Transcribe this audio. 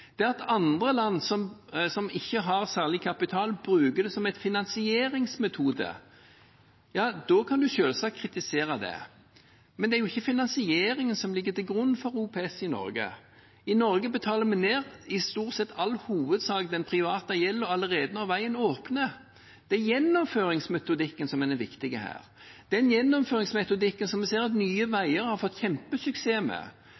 Det at andre land som ikke har noe særlig kapital, bruker det som en finansieringsmetode, kan en selvsagt kritisere, men det er jo ikke finansieringen som ligger til grunn for OPS i Norge. I Norge betaler vi i all hovedsak ned den private gjelden allerede når veien åpner. Det er gjennomføringsmetodikken som er det viktige her, den gjennomføringsmetodikken som vi ser at Nye Veier har fått kjempesuksess med.